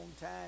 time